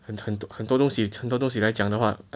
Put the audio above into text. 很很多东西很多东西来讲的话